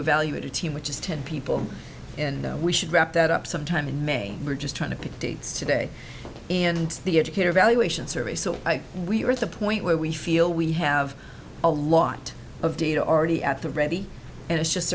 evaluate a team which is ten people and we should wrap that up sometime in may we're just trying to pick dates today and the educator evaluation survey so we're at the point where we feel we have a lot of data already at the ready and it's just